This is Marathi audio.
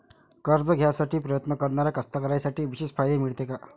कर्ज घ्यासाठी प्रयत्न करणाऱ्या कास्तकाराइसाठी विशेष फायदे मिळते का?